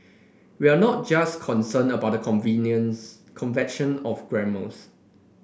we're not just concerned about the convenience convention of grammars